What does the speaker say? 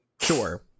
Sure